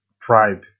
pride